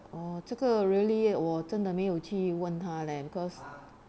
orh 这个 really 我真的没有去问他 leh because